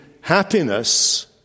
happiness